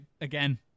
Again